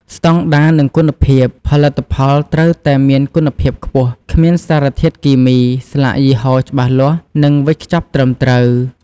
ស្តង់ដារ និងគុណភាព ផលិតផលត្រូវតែមានគុណភាពខ្ពស់ គ្មានសារធាតុគីមី ស្លាកយីហោច្បាស់លាស់ និងវេចខ្ចប់ត្រឹមត្រូវ។